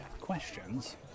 questions